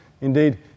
Indeed